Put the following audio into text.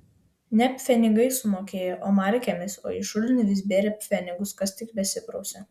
ne pfenigais sumokėjo o markėmis o į šulinį vis bėrė pfenigus kas tik besiprausė